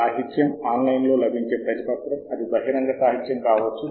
సాధారణంగా ఇది స్థాపించబడిన ప్రాంతం చాలా శోధనా ఫలితాలను ఇవ్వబోతోంది